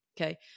Okay